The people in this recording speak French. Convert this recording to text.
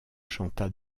chanta